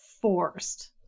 forced